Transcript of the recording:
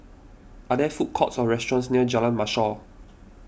are there food courts or restaurants near Jalan Mashor